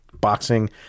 boxing